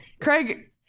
Craig